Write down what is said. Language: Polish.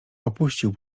opuścił